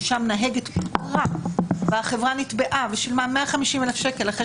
ששם נהגת פוטרה והחברה נתבעה ושילמה 150,000 שקל אחרי